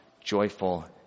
joyful